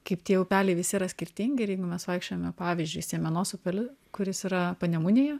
kaip tie upeliai visi yra skirtingi ir jeigu mes vaikščiojome pavyzdžiui sėmenos upeliu kuris yra panemunėje